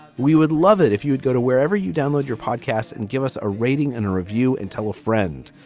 we would love it if you'd go to wherever you download your podcasts and give us a rating and a review and tell a friend.